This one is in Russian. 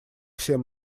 всем